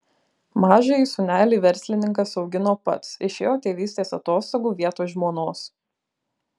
mažąjį sūnelį verslininkas augino pats išėjo tėvystės atostogų vietoj žmonos